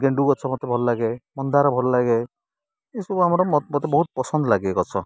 ଗେଣ୍ଡୁ ଗଛ ମତେ ଭଲ ଲାଗେ ମନ୍ଦାର ଭଲ ଲାଗେ ଏସବୁ ଆମର ମତେ ବହୁତ ପସନ୍ଦ ଲାଗେ ଗଛ